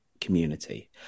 community